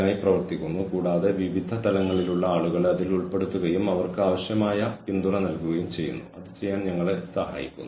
മനുഷ്യവിഭവശേഷി തന്ത്രം പ്രധാനമായും തൊഴിൽ വിപണി ആളുകൾ മുന്നോട്ട് കൊണ്ടുവരുന്ന കഴിവുകളും മൂല്യങ്ങളും സംഘടന പ്രവർത്തിക്കുന്ന സാമ്പത്തിക സാഹചര്യങ്ങളും സംസ്കാരവും എന്നിവയെ ആശ്രയിച്ചിരിക്കുന്നു